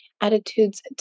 Attitudes